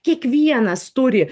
kiekvienas turi